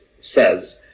says